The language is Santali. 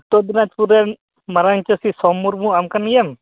ᱩᱛᱛᱚᱨ ᱫᱤᱱᱟᱡᱯᱩᱨ ᱨᱮᱱ ᱢᱟᱨᱟᱝ ᱪᱟᱹᱥᱤ ᱥᱳᱢ ᱢᱩᱨᱢᱩ ᱟᱢ ᱠᱟᱱ ᱜᱮᱭᱟᱢ